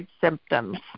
symptoms